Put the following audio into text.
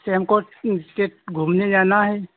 से हमको ट घूमने जाना है